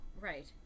right